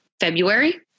February